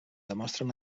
demostren